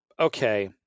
okay